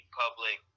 public